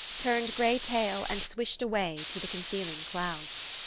turned grey tail and swished away to the concealing clouds.